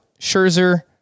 Scherzer